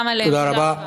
שוכראן.